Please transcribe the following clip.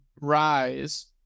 rise